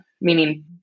meaning